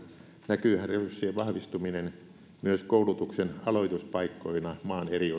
näkyyhän resurssien vahvistuminen myös koulutuksen aloituspaikkoina maan eri